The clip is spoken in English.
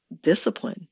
discipline